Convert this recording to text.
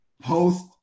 post